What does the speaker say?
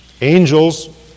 Angels